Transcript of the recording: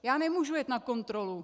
Já nemůžu jet na kontrolu.